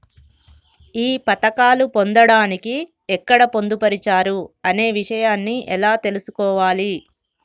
ఈ పథకాలు పొందడానికి ఎక్కడ పొందుపరిచారు అనే విషయాన్ని ఎలా తెలుసుకోవాలి?